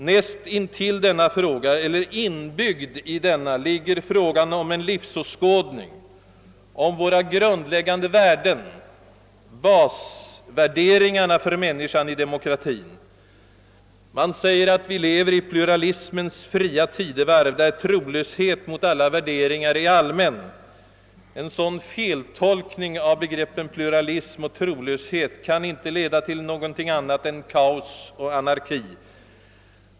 Näst intill denna fråga eller inbyggd däri ligger spörsmålet om en livsåskådning, om våra grundläggande värden, basvärderingarna för människan i demokratin. Man säger att vi lever i pluralismens fria tidevarv, där trolöshet mot alla värderingar är allmän. En sådan feltolkning av begreppen pluralism och trolöshet kan inte leda till annat än kaos och anarki.